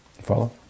follow